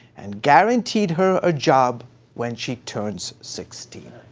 and guaranteed her a job when she turns sixteen.